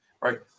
right